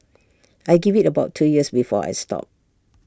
I give IT about two years before I stop